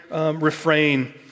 refrain